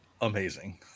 amazing